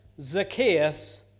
Zacchaeus